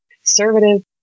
conservative